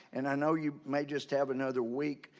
and i know you may just have another week,